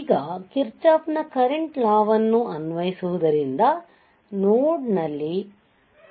ಈಗ Kirchhoff ನ current law ವನ್ನು Kirchhoff's current law ಅನ್ವಯಿಸುವುದರಿಂದ ನೋಡ್ ನಲ್ಲಿ I1 I2 Ib1 ಆಗುವುದು